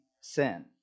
sin